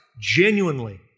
genuinely